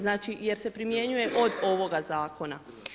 Znači, jer se primjenjuje od ovoga Zakona.